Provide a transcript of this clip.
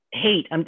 Hate